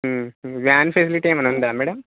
van facility ఏమైనా ఉందా madam